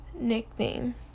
nickname